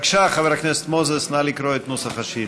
בבקשה, חבר הכנסת מוזס, נא לקרוא את נוסח השאילתה.